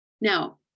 Now